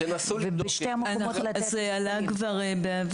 ובשני המקומות לתת --- זה כבר עלה בעבר.